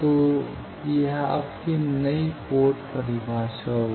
तो यह आपकी नई पोर्ट परिभाषा होगी